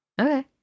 Okay